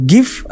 Give